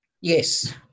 Yes